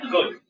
Good